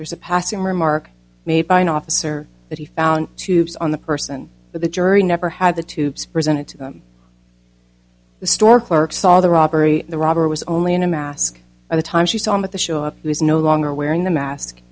there's a passing remark made by an officer that he found tubes on the person but the jury never had the tubes presented to them the store clerk saw the robbery the robber was only in a mask at the time she saw him with the show up who is no longer wearing the mask